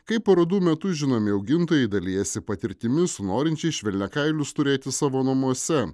kaip parodų metu žinomi augintojai dalijasi patirtimi su norinčiais švelniakailius turėti savo namuose